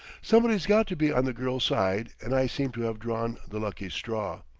somebody's got to be on the girl's side and i seem to have drawn the lucky straw.